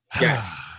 yes